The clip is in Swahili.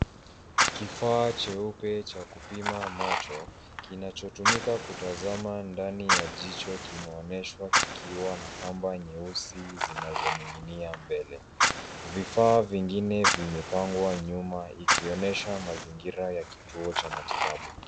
Kifaa jeupe cha kupima macho kinachotumika kutazama ndani ya jicho kimeonyeshwa kikiwa na kamba nyeusi zinazoninginia mbele. Vifaa vingine vimepangwa nyuma ikionyesha mazingira ya kituo cha matibabu.